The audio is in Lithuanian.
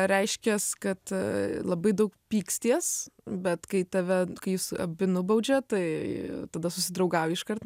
reiškias kad labai daug pyksties bet kai tave kai jūs abi nubaudžia tai tada susidraugauji iškart